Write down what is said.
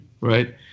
Right